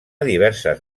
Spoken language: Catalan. diverses